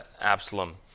Absalom